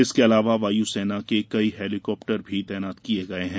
इसके अलावा वायु सेना के कई हेलीकाप्टर भी तैनात किए गए है